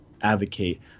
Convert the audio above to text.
advocate